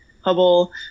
Hubble